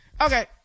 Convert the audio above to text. okay